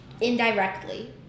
indirectly